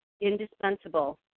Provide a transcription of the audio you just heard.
indispensable